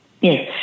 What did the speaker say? yes